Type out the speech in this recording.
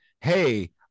hey